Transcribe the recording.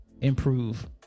improve